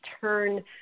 turn